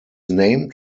named